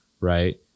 Right